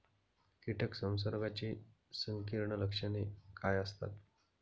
कीटक संसर्गाची संकीर्ण लक्षणे काय असतात?